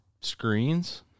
screens